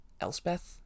Elspeth